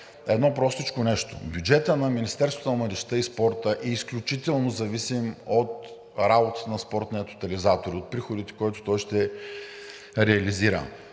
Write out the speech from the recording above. едно простичко нещо. Бюджетът на Министерството на младежта и спорта е изключително зависим от работата на Спортния тотализатор, от приходите, които той ще реализира,